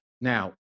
Now